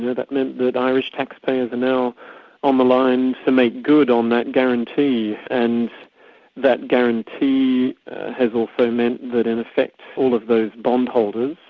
and that meant that irish taxpayers are now on the line to make good on that guarantee, and that guarantee has also meant that in effect, all of those bond-holders,